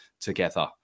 together